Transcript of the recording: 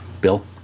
Bill